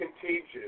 contagious